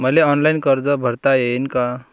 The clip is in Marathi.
मले ऑनलाईन कर्ज भरता येईन का?